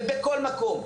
ובכל מקום.